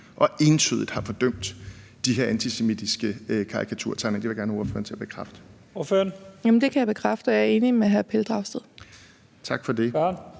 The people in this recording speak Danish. og entydigt har fordømt de her antisemitiske karikaturtegninger. Det vil jeg gerne have ordføreren til at bekræfte. Kl. 12:05 Første næstformand (Leif Lahn Jensen): Ordføreren.